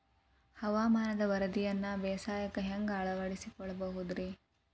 ಹವಾಮಾನದ ವರದಿಯನ್ನ ಬೇಸಾಯಕ್ಕ ಹ್ಯಾಂಗ ಅಳವಡಿಸಿಕೊಳ್ಳಬಹುದು ರೇ?